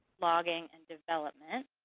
logging, and development.